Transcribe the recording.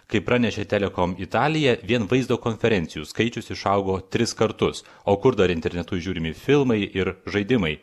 kaip pranešė telekom italija vien vaizdo konferencijų skaičius išaugo tris kartus o kur dar internetu žiūrimi filmai ir žaidimai